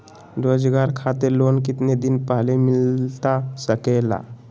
रोजगार खातिर लोन कितने दिन पहले मिलता सके ला?